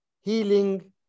healing